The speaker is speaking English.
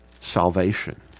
salvation